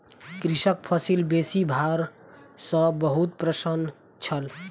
कृषक फसिल बेसी भार सॅ बहुत प्रसन्न छल